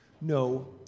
No